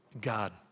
God